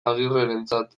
agirrerentzat